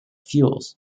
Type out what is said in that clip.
fuels